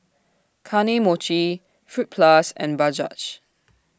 Kane Mochi Fruit Plus and Bajaj